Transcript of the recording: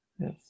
Yes